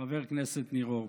חבר הכנסת ניר אורבך.